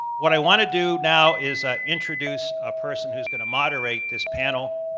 what i want to do now is introduce a person who is going to moderate this panel,